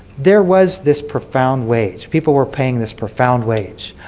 there was this profound wage. people were paying this profound wage.